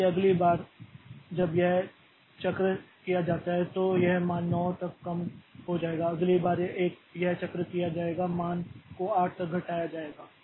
इसलिए अगली बार जब यह चक्र किया जाता है तो यह मान 9 तक कम हो जाएगा अगली बार यह चक्र किया जाएगा मान को 8 तक घटाया जाएगा